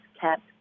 kept